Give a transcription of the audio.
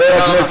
תודה רבה.